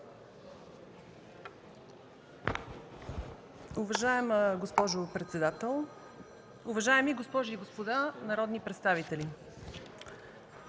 Уважаема госпожо председател, уважаеми госпожи и господа народни представители!